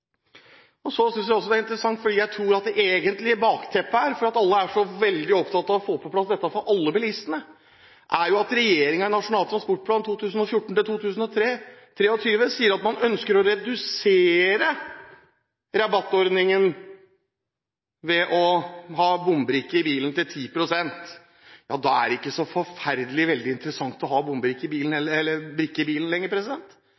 Så synes jeg også det er interessant at alle er så veldig opptatt å få på plass dette for alle bilistene. Jeg tror at det egentlige bakteppet her er at regjeringen i Nasjonal transportplan 2014–2023 sier at man ønsker å redusere rabattordningen ved å ha bombrikke i bilen til 10 pst. Da er det ikke så forferdelig interessant å ha bombrikke i bilen